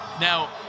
Now